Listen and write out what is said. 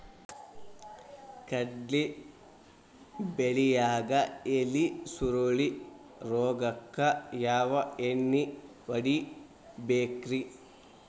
ಕಡ್ಲಿ ಬೆಳಿಯಾಗ ಎಲಿ ಸುರುಳಿ ರೋಗಕ್ಕ ಯಾವ ಎಣ್ಣಿ ಹೊಡಿಬೇಕ್ರೇ?